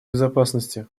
безопасности